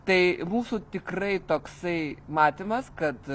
tai mūsų tikrai toksai matymas kad